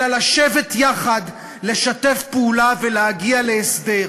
אלא לשבת יחד, לשתף פעולה ולהגיע להסדר.